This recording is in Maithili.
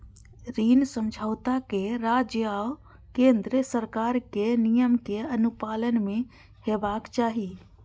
ऋण समझौता कें राज्य आ केंद्र सरकारक नियमक अनुपालन मे हेबाक चाही